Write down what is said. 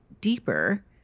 deeper